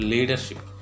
Leadership